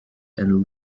and